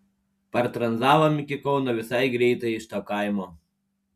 partranzavom iki kauno visai greitai iš to kaimo